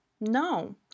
No